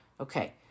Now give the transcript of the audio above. Okay